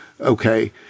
Okay